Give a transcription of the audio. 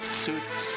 suits